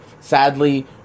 sadly